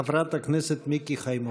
חברת הכנסת מיקי חיימוביץ'.